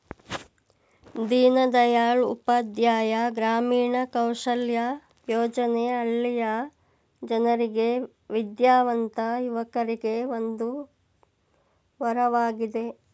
ದೀನದಯಾಳ್ ಉಪಾಧ್ಯಾಯ ಗ್ರಾಮೀಣ ಕೌಶಲ್ಯ ಯೋಜನೆ ಹಳ್ಳಿಯ ಜನರಿಗೆ ವಿದ್ಯಾವಂತ ಯುವಕರಿಗೆ ಒಂದು ವರವಾಗಿದೆ